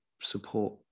support